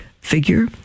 figure